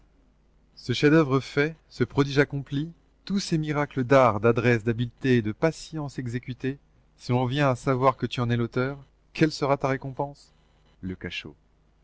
ce chef-d'oeuvre fait ce prodige accompli tous ces miracles d'art d'adresse d'habileté de patience exécutés si l'on vient à savoir que tu en es l'auteur quelle sera ta récompense le cachot